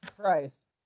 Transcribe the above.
Christ